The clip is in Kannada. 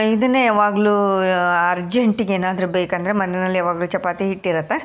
ಇದನ್ನೇ ಯಾವಾಗಲೂ ಅರ್ಜೆಂಟಿಗೆ ಏನಾದರೂ ಬೇಕಂದರೆ ಮನೆನಲ್ಲಿ ಯಾವಾಗಲೂ ಚಪಾತಿ ಹಿಟ್ಟಿರುತ್ತೆ